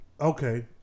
Okay